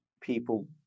people